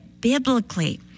biblically